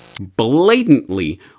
blatantly